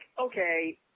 okay